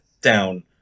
down